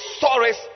stories